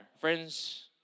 Friends